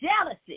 jealousy